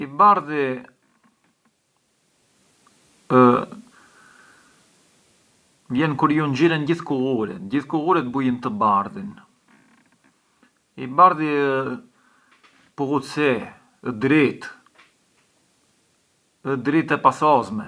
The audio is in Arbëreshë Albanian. Mua më përqen sia të këndonj e sia të i bie te kitarra përçë, këndimi vete bashkë me kitarrën e kitarra vete bashkë me këndimin, cioè u i bie te kitarra e kumpanjar këndimin, allo stesso tempo, na u këndonj e ngë kam kitarrën përposh, jam e këndonj a capella, inveci kitarra më ndih të ntunarem.